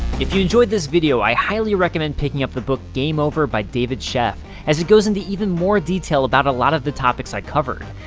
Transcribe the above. if you enjoyed video, i highly recommend picking up the book game over by david sheff, as it goes into even more detail about a lot of the topics i covered.